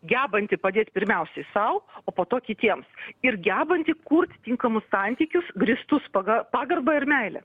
gebanti padėt pirmiausiai sau o po to kitiems ir gebanti kurt tinkamus santykius grįstus paga pagarba ir meile